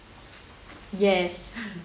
yes